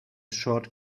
short